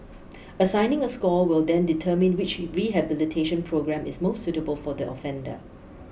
assigning a score will then determine which rehabilitation programme is most suitable for the offender